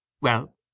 Well